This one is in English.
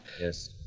Yes